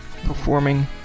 performing